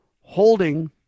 holding